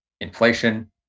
inflation